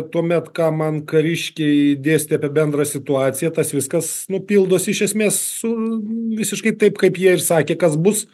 tuomet ką man kariškiai dėstė apie bendrą situaciją tas viskas nu pildosi iš esmės su visiškai taip kaip jie ir sakė kas bus